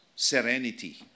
Serenity